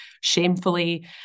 shamefully